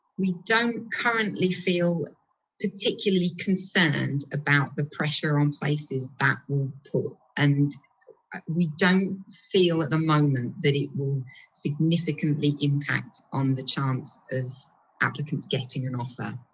we don't currently feel particularly concerned about the pressure on places that will put, and we don't feel at the moment that it will significantly impact on the chance of applicants getting an offer.